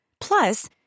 Plus